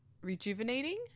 rejuvenating